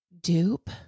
dupe